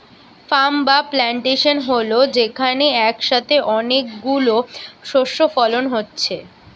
farm বা plantation হল যেখানে একসাথে অনেক গুলো শস্য ফলন হচ্ছে